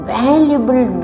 valuable